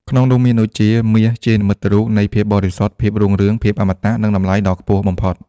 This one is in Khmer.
ក្នុងនោះមាន ដូចជា មាស ជានិមិត្តរូបនៃភាពបរិសុទ្ធ ភាពរុងរឿង ភាពអមតៈ និងតម្លៃដ៏ខ្ពស់បំផុត។